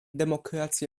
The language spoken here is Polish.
demokracji